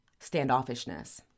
standoffishness